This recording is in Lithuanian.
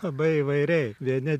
labai įvairiai vieni